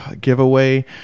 giveaway